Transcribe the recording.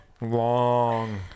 long